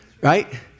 Right